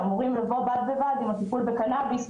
שאמורים לבוא בד בבד עם הטיפול בקנביס,